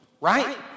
right